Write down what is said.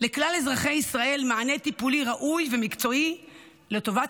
לכלל אזרחי ישראל מענה טיפולי ראוי ומקצועי לטובת